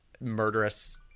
murderous